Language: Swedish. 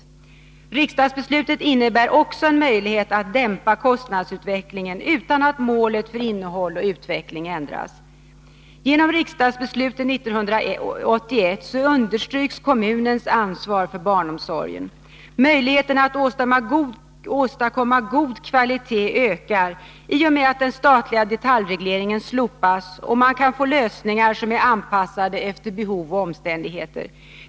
Riksdagsbeslutet innebär också en möjlighet att dämpa kostnadsutveckling Nr 51 enutan att målet för innehåll och utveckling ändras. Genom riksdagsbeslutet Onsdagen den 1981 understryks kommunens ansvar för barnomsorgen. Möjligheterna att — 15 december 1982 åstadkomma god kvalitet ökar i och med att den statliga detaljregleringen slopas och man kan få lösningar som är anpassade efter behov och Upphävande av omständigheter.